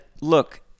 look